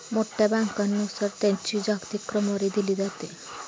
मोठ्या बँकांनुसार त्यांची जागतिक क्रमवारी दिली जाते